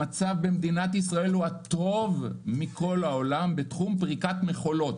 המצב במדינת ישראל הוא הטוב בכל העולם בתחום פריקת מכולות.